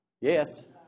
yes